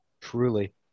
Truly